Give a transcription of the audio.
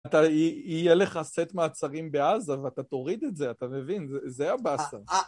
אתה, יהיה לך סט מעצרים בעזה ואתה תוריד את זה, אתה מבין? זה הבאסה.